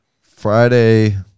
Friday